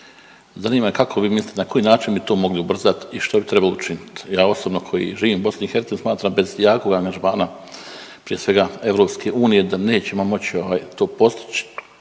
Zanima me kako vi mislite, na koji način bi to mogli ubrzati i što bi trebali učiniti? Ja osobno koji živim u BiH smatram bez jakog angažmana prije svega EU da nećemo moći ovaj to postići